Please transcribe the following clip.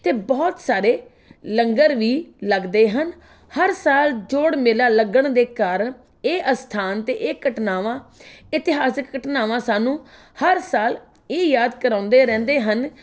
ਅਤੇ ਬਹੁਤ ਸਾਰੇ ਲੰਗਰ ਵੀ ਲੱਗਦੇ ਹਨ ਹਰ ਸਾਲ ਜੋੜ ਮੇਲਾ ਲੱਗਣ ਦੇ ਕਾਰਨ ਇਹ ਅਸਥਾਨ 'ਤੇ ਇਹ ਘਟਨਾਵਾਂ ਇਤਿਹਾਸਿਕ ਘਟਨਾਵਾਂ ਸਾਨੂੰ ਹਰ ਸਾਲ ਇਹ ਯਾਦ ਕਰਵਾਉਂਦੇ ਰਹਿੰਦੇ ਹਨ